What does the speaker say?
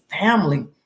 family